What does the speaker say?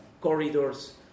corridors